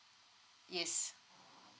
yes